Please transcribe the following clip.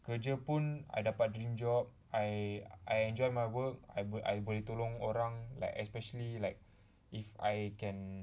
kerja pun I dapat dream job I I enjoy my work I boleh tolong orang like especially like if I can